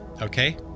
Okay